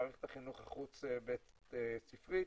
מערכת החינוך החוץ בית ספרית,